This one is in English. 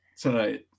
tonight